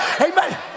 Amen